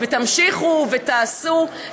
תמשיכו ותעשו,